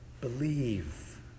Believe